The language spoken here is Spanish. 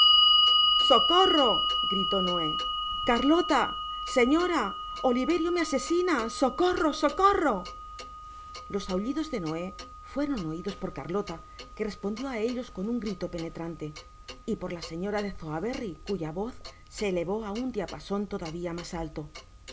socorro gritó noé cár iota señera oliverio me asesina socorro socorro los aullidos de noé fueron oidos por carlota que respondió á ellos con un grito penetrante y por la señora de sowerberry cuya voz se elevó á un diapason todavia mas alto la